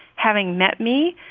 having met me,